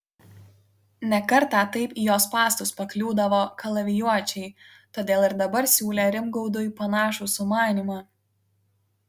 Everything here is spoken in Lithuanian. ne kartą taip į jo spąstus pakliūdavo kalavijuočiai todėl ir dabar siūlė rimgaudui panašų sumanymą